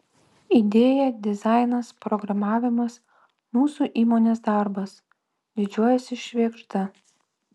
idėja dizainas programavimas mūsų įmonės darbas didžiuojasi švėgžda